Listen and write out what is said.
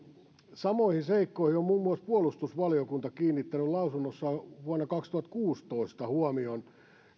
samoihin seikkoihin on muun muassa puolustusvaliokunta kiinnittänyt lausunnossaan vuonna kaksituhattakuusitoista huomion